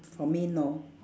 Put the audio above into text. for me no